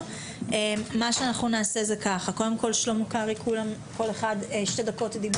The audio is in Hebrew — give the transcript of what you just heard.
כל אחד שתי דקות.